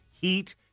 heat